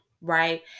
right